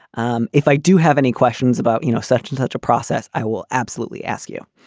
um if i do have any questions about, you know, such and such a process, i will absolutely ask you.